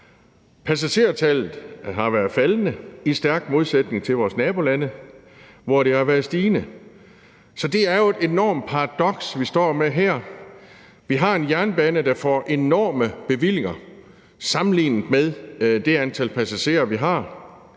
Passagertallet har været faldende i stærk modsætning til vores nabolande, hvor det har været stigende. Så det er jo et enormt paradoks, vi står med her: Vi har en jernbane, der får enorme bevillinger sammenlignet med det antal passagerer, vi har,